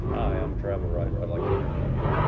i'm a travel writer. i'd like to interview you.